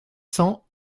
cents